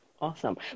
Awesome